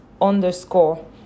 underscore